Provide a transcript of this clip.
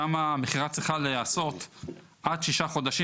שם המכירה צריכה להיעשות עד שישה חודשים